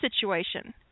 situation